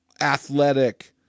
athletic